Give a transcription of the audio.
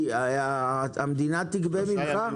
המדינה תגבה ממך?